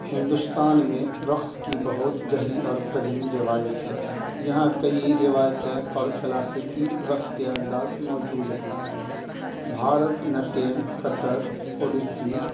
ہندوستان میں رقص کی بہت گہری اور قدیم روایت ہے یہاں کئی روایتیں اور کلاسیکی رقص کے انداز موجود ہیں بھارت نٹم کتھک اڈیسی